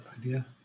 idea